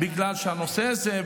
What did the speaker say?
בגלל שהנושא הזה,